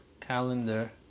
calendar